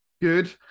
good